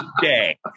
day